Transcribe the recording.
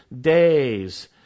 days